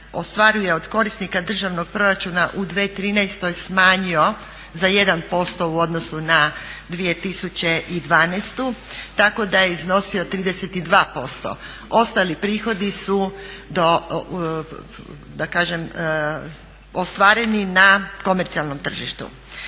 ostvaruje od korisnika državnog proračuna u 2013.smanjio za 1% u odnosu na 2012.tako da je iznosio 32%, ostali prihodi su ostvareni na komercijalnom tržištu.